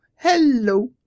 hello